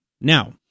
Now